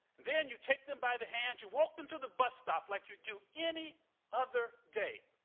then you take them by the hand, you walk them to the bus stop like you do any other day.